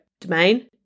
domain